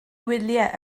wyliau